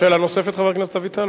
שאלה נוספת, חבר הכנסת אביטל?